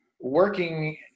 working